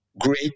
great